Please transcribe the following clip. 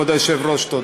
כבוד היושב-ראש, תודה.